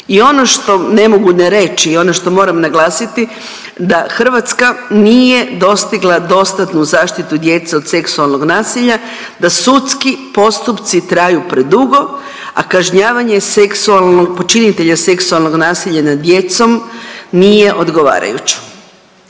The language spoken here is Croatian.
I ono što ne mogu ne reći i ono što moram naglasiti da Hrvatska nije dostigla dostatnu zaštitu djece od seksualnog nasilja, da sudski postupci traju predugo, a kažnjavanje seksualnog počinitelja seksualnog nasilja nad djecom nije odgovarajuće.